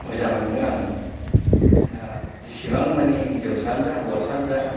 मोजां मोनो आङो दा जेसेबां मानि हिनजावसायानो जा बा हौवासायानो जा